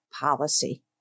policy